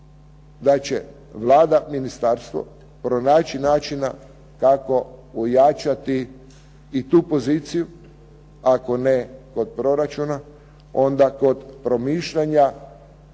da će Vlada i ministarstvo pronaći načina kako ojačati tu poziciju ako ne kod proračuna, onda kod promišljanja